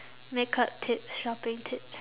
makeup tips shopping tips